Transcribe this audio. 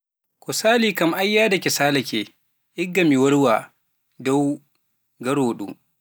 ko Sali kam ai salaake, igga mi wolwa don ngaro ɗum.